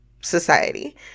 society